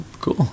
Cool